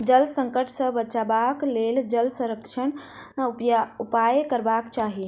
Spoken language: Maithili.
जल संकट सॅ बचबाक लेल जल संरक्षणक उपाय करबाक चाही